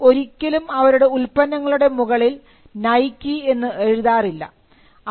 Nike ഒരിക്കലും അവരുടെ ഉൽപ്പന്നങ്ങളുടെ മുകളിൽ നൈക്കീ എന്ന് എഴുതാറില്ല